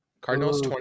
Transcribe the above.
Cardinals